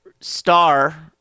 star